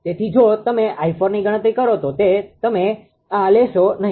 તેથી જો તમે 𝑖4ની ગણતરી કરો તો તમે આ લેશો નહિ